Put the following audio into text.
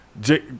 Jake